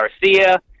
Garcia